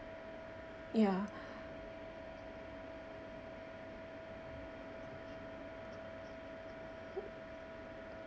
ya